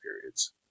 periods